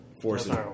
forces